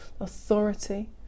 authority